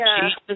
Jesus